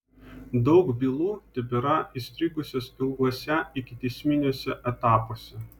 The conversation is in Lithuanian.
daug bylų tebėra įstrigusios ilguose ikiteisminiuose etapuose